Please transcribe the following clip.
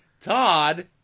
Todd